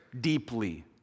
deeply